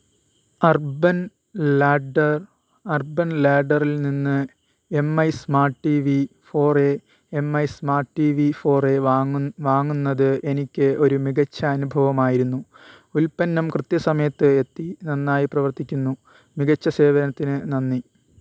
urban ladder urban ലാഡറിൽ നിന്ന് M I smart T V four A M I smart T V four A വാങ്ങു വാങ്ങുന്നത് എനിക്ക് ഒരു മികച്ച അനുഭവമായിരുന്നു ഉത്പന്നം കൃത്യസമയത്ത് എത്തി നന്നായി പ്രവർത്തിക്കുന്നു മികച്ച സേവനത്തിനു നന്ദി